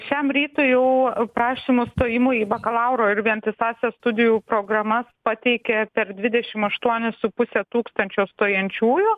šiam rytui jau prašymų stojimo į bakalauro ir vientisąsias studijų programas pateikė per dvidešim aštuoni su puse tūkstančio stojančiųjų